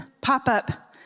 pop-up